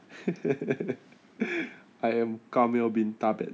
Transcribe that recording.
I am kamel bin taben